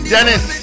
Dennis